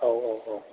औ औ औ